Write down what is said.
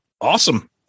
Awesome